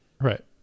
right